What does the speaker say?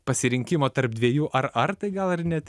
pasirinkimo tarp dviejų ar ar tai gal ir net